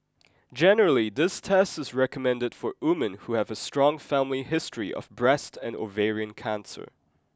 generally this test is recommended for women who have a strong family history of breast and ovarian cancer